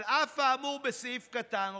על אף האמור בסעיף קטן,